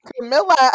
Camilla